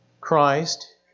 Christ